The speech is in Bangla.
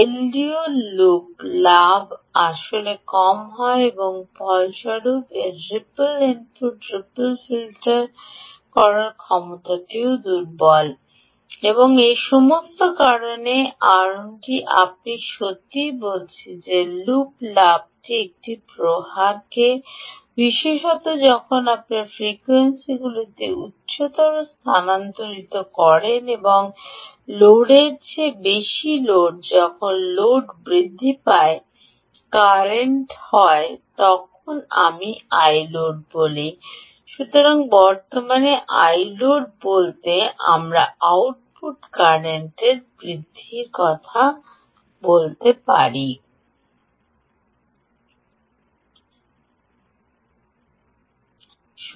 এলডিও লুপ লাভ আসলে কম হয় এবং ফলস্বরূপ এর রিপল ইনপুট রিপল ফিল্টার করার ক্ষমতাটিও দুর্বল এবং এই সমস্ত কারণে আমি সত্যই বলেছি যে লুপ লাভটি একটি প্রহারকে বিশেষত যখন আপনি ফ্রিকোয়েন্সিগুলিতে উচ্চতর স্থানান্তরিত করেন এবং লোডের চেয়ে বেশি লোড যখন লোড বৃদ্ধি পায় Iload কারেন্ট হয় Iload যখন আমি Iload বলি Iload বলতে আমার আউটপুট কারেন্ট বৃদ্ধি পেয়েছে